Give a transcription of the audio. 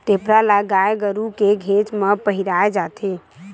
टेपरा ल गाय गरु के घेंच म पहिराय जाथे